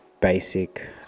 basic